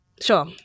Sure